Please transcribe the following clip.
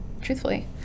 truthfully